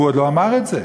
והוא עוד לא אמר את זה.